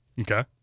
Okay